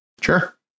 sure